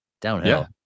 Downhill